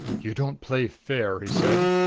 you don't play fair, he said.